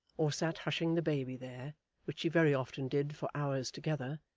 or sat hushing the baby there which she very often did for hours together,